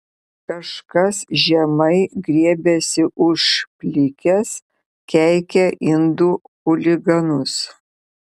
kažkas žemai griebiasi už plikės keikia indų chuliganus